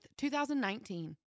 2019